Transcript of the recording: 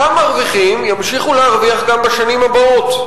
אותם מרוויחים ימשיכו להרוויח גם בשנים הבאות.